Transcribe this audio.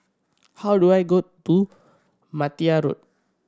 how do I got to Martia Road